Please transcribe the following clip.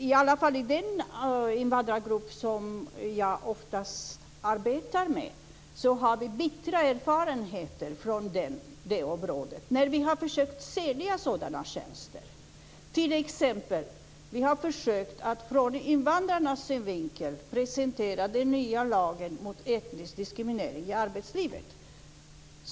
I alla fall i den invandrargrupp som jag oftast arbetar med har vi bittra erfarenheter från det området när vi har försökt sälja sådana tjänster. T.ex. har vi försökt att från invandrarns synvinkel presentera den nya lagen mot etnisk diskriminering i arbetslivet.